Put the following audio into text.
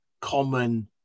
common